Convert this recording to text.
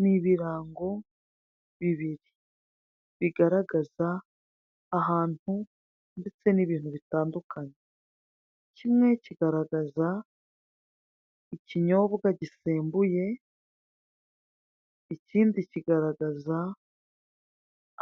Ni ibirango bibiri bigaragaza ahantu ndetse n'ibintu bitandukanye, kimwe kigaragaza ikinyobwa gisembuye, ikindi kigaragaza